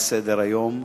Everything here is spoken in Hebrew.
לסדר-היום,